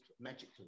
magically